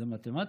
זו מתמטיקה.